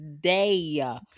day